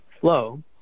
flow